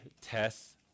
tests